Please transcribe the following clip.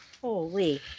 Holy